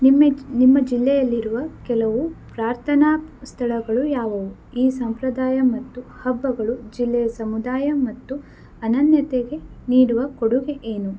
ನಿಮ್ಮ ನಿಮ್ಮ ಜಿಲ್ಲೆಯಲ್ಲಿರುವ ಕೆಲವು ಪ್ರಾರ್ಥನಾ ಸ್ಥಳಗಳು ಯಾವುವು ಈ ಸಂಪ್ರದಾಯ ಮತ್ತು ಹಬ್ಬಗಳು ಜಿಲ್ಲೆಯ ಸಮುದಾಯ ಮತ್ತು ಅನನ್ಯತೆಗೆ ನೀಡುವ ಕೊಡುಗೆ ಏನು